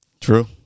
True